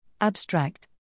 Abstract